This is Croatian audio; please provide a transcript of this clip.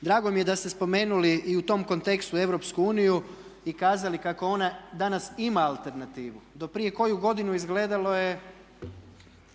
Drago mi je da ste spomenuli i u tom kontekstu EU i kazali kako ona danas ima alternativu. Do prije koju godinu izgledalo je